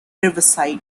riverside